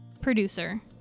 producer